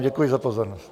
Děkuji vám za pozornost.